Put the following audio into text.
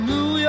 New